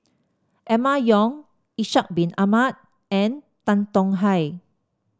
Emma Yong Ishak Bin Ahmad and Tan Tong Hye